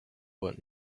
what